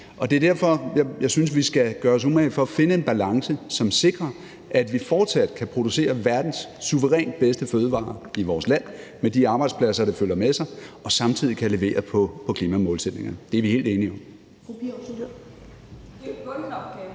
og det er derfor, jeg synes, vi skal gøre os umage for at finde en balance, som sikrer, at vi fortsat kan producere verdens suverænt bedste fødevarer i vores land med de arbejdspladser, der følger med, og samtidig kan levere på klimamålsætningerne. Det er vi helt enige om.